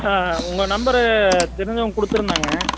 ஆ உங்கள் நம்பரு தெரிஞ்சவங்க கொடுத்துருந்தாங்க